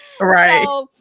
right